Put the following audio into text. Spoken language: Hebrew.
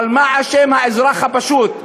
אבל מה אשם האזרח הפשוט?